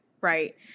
right